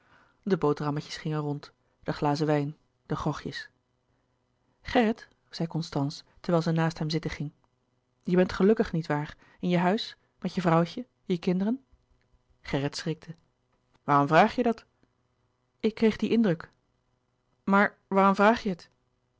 de boterhammetjes gingen rond de glazen wijn de grogjes gerrit zei constance terwijl zij naast hem zitten ging je bent gelukkig niet waar in je huis met je vrouwtje je kinderen gerrit schrikte waarom vraag je dat ik kreeg dien indruk maar waarom vraag je het